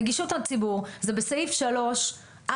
נגישות הציבור זה בסעיף 3(א)(3).